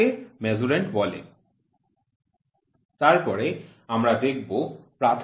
slide time পড়ুন ২২১৪ তারপরে আমরা দেখব প্রাথমিক মান কী